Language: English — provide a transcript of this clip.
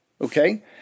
okay